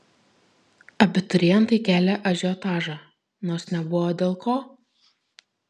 abiturientai kelią ažiotažą nors nebuvo dėl ko